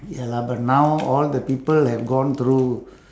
ya lah but now all the people have gone through